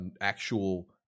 actual